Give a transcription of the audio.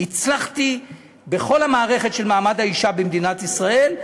הצלחתי בכל המערכת של מעמד האישה במדינת ישראל,